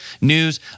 news